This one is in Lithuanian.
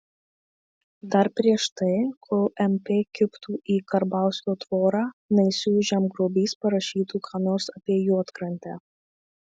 dar prieš tai kol mp kibtų į karbauskio tvorą naisių žemgrobys parašytų ką nors apie juodkrantę